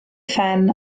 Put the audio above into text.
phen